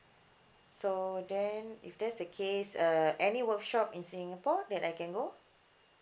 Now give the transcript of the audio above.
so then if that's the case err any work shop in singapore that I can go